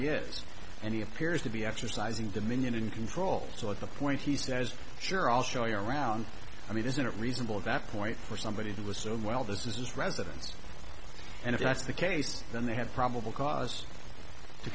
he appears to be exercising dominion and control so at the point he says sure i'll show you around i mean isn't it reasonable that point for somebody to assume well this is his residence and if that's the case then they have probable cause to